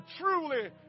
truly